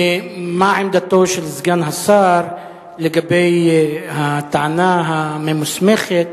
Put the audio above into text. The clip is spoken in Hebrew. מה עמדתו של סגן השר לגבי הטענה הממוסמכת